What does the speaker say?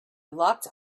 locked